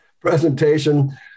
presentation